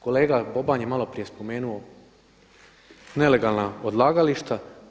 Kolega Boban je malo prije spomenuo nelegalna odlagališta.